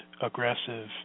aggressive